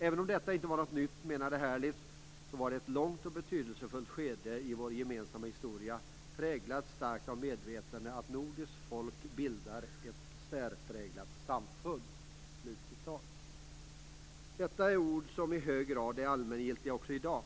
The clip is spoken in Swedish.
Även om detta inte var något nytt, menade Herlitz att det var ett "långt och betydelsefullt skede i vår gemensamma historia, präglad starkt av medvetandet att nordiskt folk bildar ett särpräglat samfund." Detta är ord som i hög grad är allmängiltiga också i dag.